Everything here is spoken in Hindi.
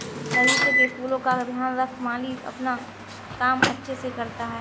बगीचे के फूलों का ध्यान रख माली अपना काम अच्छे से करता है